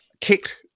kick